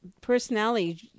personality